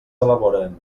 elaboren